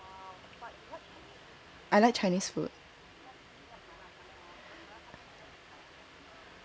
I like Chinese food